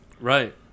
Right